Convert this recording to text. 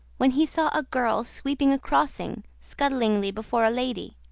when he saw a girl sweeping a crossing scuddingly before a lady.